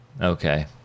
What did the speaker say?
Okay